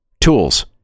tools